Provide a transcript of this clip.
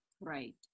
Right